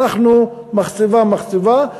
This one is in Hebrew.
הלכנו מחצבה-מחצבה,